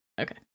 Okay